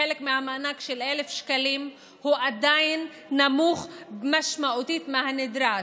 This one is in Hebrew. כחלק מהמענק של ה-1,000 שקלים הוא עדיין נמוך משמעותית מהנדרש,